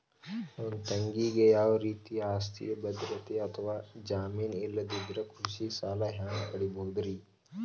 ನನ್ನ ತಂಗಿಗೆ ಯಾವ ರೇತಿಯ ಆಸ್ತಿಯ ಭದ್ರತೆ ಅಥವಾ ಜಾಮೇನ್ ಇಲ್ಲದಿದ್ದರ ಕೃಷಿ ಸಾಲಾ ಹ್ಯಾಂಗ್ ಪಡಿಬಹುದ್ರಿ?